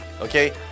okay